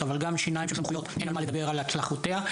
שימו לב שבישראל זה לא המספר שהצגתי קודם,